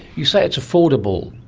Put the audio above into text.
you say it's affordable.